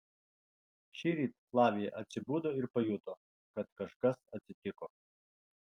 šįryt flavija atsibudo ir pajuto kad kažkas atsitiko